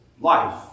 life